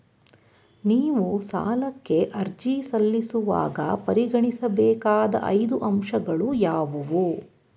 ನೀವು ಸಾಲಕ್ಕೆ ಅರ್ಜಿ ಸಲ್ಲಿಸುವಾಗ ಪರಿಗಣಿಸಬೇಕಾದ ಐದು ಅಂಶಗಳು ಯಾವುವು?